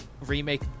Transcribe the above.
remake